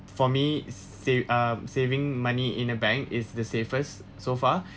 for me sa~ uh saving money in a bank is the safest so far